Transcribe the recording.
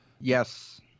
Yes